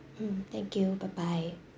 mm thank you bye bye